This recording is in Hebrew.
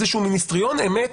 איזה שהוא מיניסטריון אמת